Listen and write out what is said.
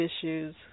issues